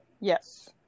Yes